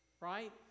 Right